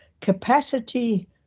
capacity